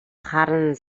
харан